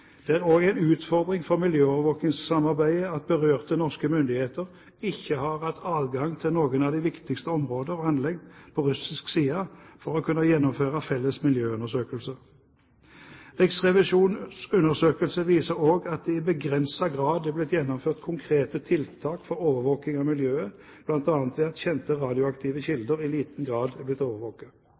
Det er også en utfordring for miljøovervåkningssamarbeidet at berørte norske myndigheter ikke har hatt adgang til noen av de viktigste områder og anlegg på russisk side for å kunne gjennomføre felles miljøundersøkelser. Riksrevisjonens undersøkelse viser også at det i begrenset grad er blitt gjennomført konkrete tiltak for overvåkning av miljøet, bl.a. er kjente radioaktive kilder i liten grad blitt overvåket.